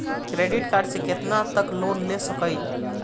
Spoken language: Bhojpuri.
क्रेडिट कार्ड से कितना तक लोन ले सकईल?